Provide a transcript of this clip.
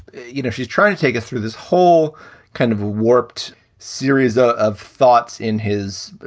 you know, she's trying to take us through this whole kind of warped series ah of thoughts in his,